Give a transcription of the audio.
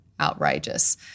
outrageous